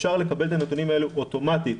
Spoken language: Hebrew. אפשר לקבל את הנתונים האלה אוטומטית.